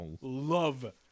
love